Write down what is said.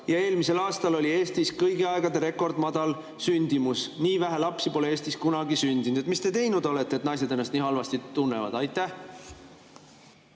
Eelmisel aastal oli Eestis kõigi aegade madalaim, rekordmadal sündimus. Nii vähe lapsi pole Eestis kunagi sündinud. Mida te teinud olete, et naised ennast nii halvasti tunnevad? Aitäh!